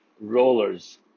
rollers